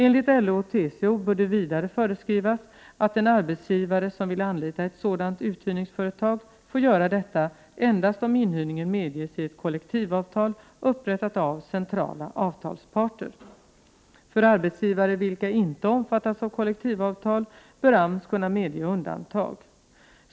Enligt LO och TCO bör det vidare föreskrivas att en arbetsgivare som vill anlita ett sådant uthyrningsföretag får göra detta endast om inhyrningen medgesi ett kollektivavtal upprättat av centrala avtalsparter. För arbetsgivare vilka inte omfattas av kollektivavtal bör AMS kunna medge undantag.